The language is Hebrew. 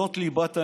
שזאת ליבת העניין,